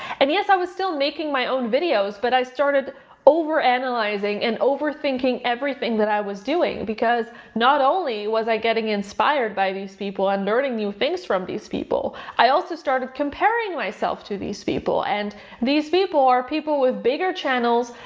and yes, i was still making my own videos, but i started over analyzing, and overthinking everything that i was doing, because not only was i getting inspired by these people, and learning new things from these people, i also started comparing myself to these people, and these people are people with bigger channels,